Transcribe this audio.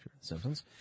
symptoms